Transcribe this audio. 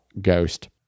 ghost